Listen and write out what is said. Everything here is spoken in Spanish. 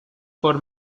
por